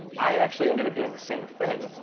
i actually ended up doing the same thing,